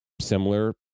Similar